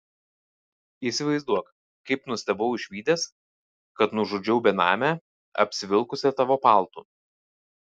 įsivaizduok kaip nustebau išvydęs kad nužudžiau benamę apsivilkusią tavo paltu